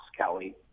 Kelly